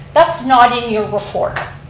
that's not in your report.